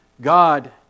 God